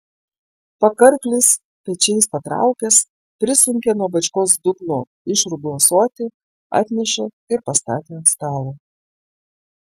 pakarklis pečiais patraukęs prisunkė nuo bačkos dugno išrūgų ąsotį atnešė ir pastatė ant stalo